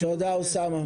תודה אוסאמה.